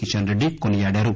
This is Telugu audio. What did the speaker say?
కిషన్ రెడ్డి కొనియాడారు